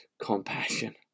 compassion